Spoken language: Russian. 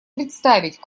представить